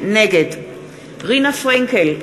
נגד רינה פרנקל,